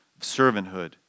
servanthood